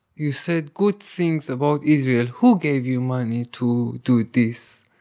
you said good things about israel. who gave you money to do this?